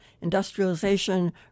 industrialization